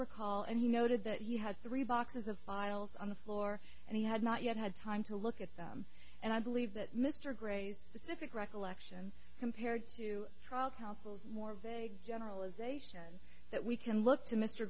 recall and he noted that he had three boxes of files on the floor and he had not yet had time to look at them and i believe that mr gray's sipek recollection compared to trial counsel's more vague generalization that we can look to mr